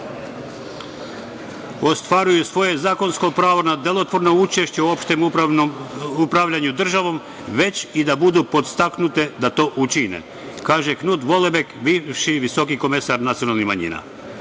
ostvaruju svoje zakonsko pravo na delotvorno učešće u opštem upravljanju državom, već i da budu podstaknute da to učine, kaže Knut Volebek, bivši visoki komesar nacionalnih manjina. Ovakva